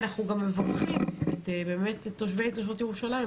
אנחנו גם מברכים את תושבי ותושבות ירושלים,